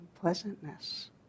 pleasantness